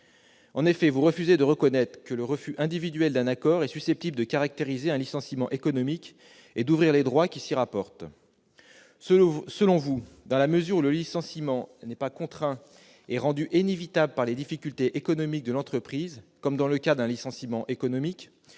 En effet, vous refusez de reconnaître que le refus individuel d'un accord est susceptible de caractériser un licenciement économique et d'ouvrir les droits qui s'y rapportent. Selon vous, dans la mesure où le licenciement n'est pas contraint et rendu inévitable par les difficultés économiques de l'entreprise, comme dans le cas d'un licenciement économique,